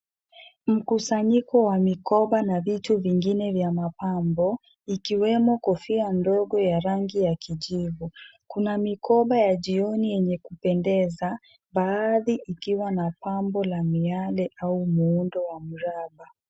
Mkusanyiko wa mikoba na vitu vingine vya mapambo ikiwemo kofia ndogo ya rangi ya kijivu. Kuna mikoba ya jioni yenye kupendeza baadhi ikiwa na pambo la miale au muundo wa mraba.